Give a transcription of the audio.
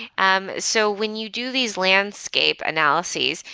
um so when you do these landscape analyses,